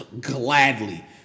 gladly